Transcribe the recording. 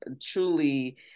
truly